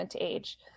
Age